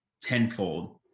tenfold